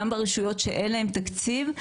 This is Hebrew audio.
גם ברשויות שאין להן תקציב,